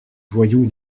voyous